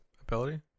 ability